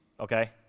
Okay